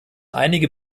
einige